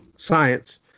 science